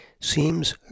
seems